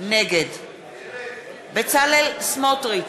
נגד בצלאל סמוטריץ,